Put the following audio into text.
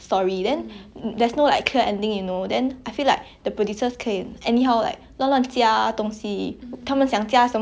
他们想加什么就加什么 then it's like 很乱 like 变成那个戏 I think it really depends on the the like the team behind it lah cause